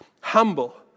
Humble